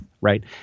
right